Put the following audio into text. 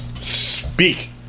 Speak